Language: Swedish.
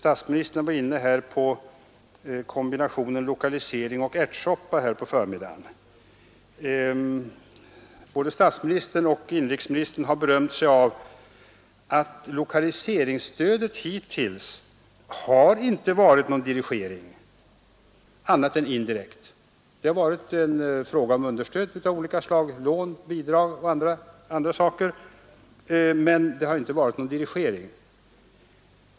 Statsministern talade under förmiddagen om kombinationen ”lokalisering och ärtsoppa”. Både statsministern och inrikesministern har berömt sig av att lokaliseringsstödet hittills inte annat än indirekt har inneburit någon dirigering. Det har varit fråga om understöd av olika slag — lån, bidrag osv. — men det har inte varit någon dirigering.